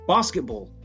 Basketball